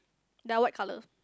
they are white colour